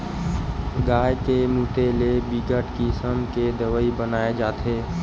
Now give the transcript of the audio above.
गाय के मूते ले बिकट किसम के दवई बनाए जाथे